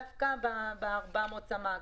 רוכבים ב-400 סמ"ק,